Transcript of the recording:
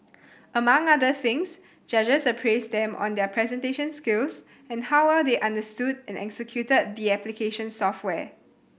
among other things judges appraised them on their presentation skills and how well they understood and executed the application software